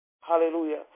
Hallelujah